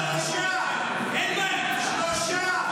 --- שלושה.